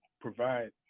provide